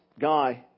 guy